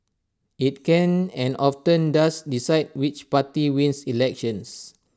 IT can and often does decide which party wins elections